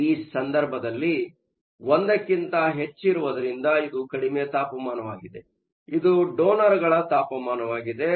ಈ ನಿರ್ದಿಷ್ಟ ಸಂದರ್ಭದಲ್ಲಿ ಇದು 1 ಕ್ಕಿಂತ ಹೆಚ್ಚಿರುವುದರಿಂದ ಇದು ಕಡಿಮೆ ತಾಪಮಾನವಾಗಿದೆ ಇದು ಡೊನರ್ಗಳ ತಾಪಮಾನವಾಗಿದೆ